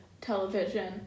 television